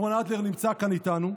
אהרון אדלר נמצא כאן איתנו,